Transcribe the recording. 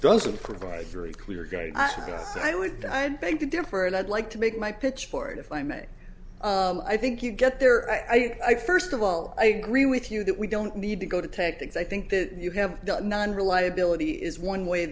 doesn't provide very clear gave us and i would i beg to differ and i'd like to make my pitch for it if i may i think you get there i first of all i agree with you that we don't need to go to tactics i think that you have none reliability is one way